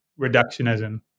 reductionism